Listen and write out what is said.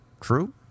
True